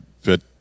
fit